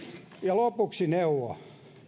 lopuksi neuvo